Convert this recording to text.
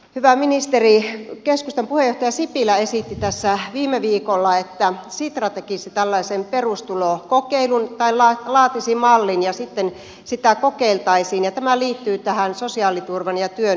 hyvä ministeri keskustan puheenjohtaja sipilä esitti tässä viime viikolla että sitra laatisi perustulomallin ja sitten sitä kokeiltaisiin ja tämä liittyy tähän sosiaaliturvan ja työn yhteensovitukseen